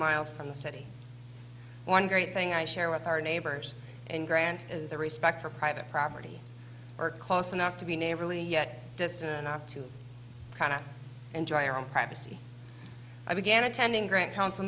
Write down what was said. miles from the city one great thing i share with our neighbors and grant is the respect for private property or close enough to be neighborly yet distant up to kind of enjoy our own privacy i began attending grand council